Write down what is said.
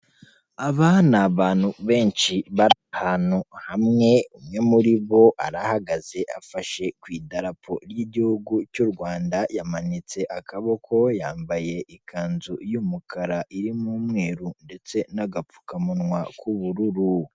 Aba ni abantu benshi ahantu hamwe, umwe muri bo arahagaze afashe ku ry'igihugu cy'u rwanda yamanitse akaboko yambaye ikanzu y'umukara irimo umweru ndetse n'agapfukamunwa k'ubururu.